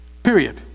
Period